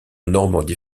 normandie